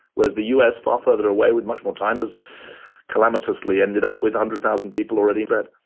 whereas the us far further away with much more time as calamitously ended up with a hundred thousand people already dead.